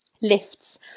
Lifts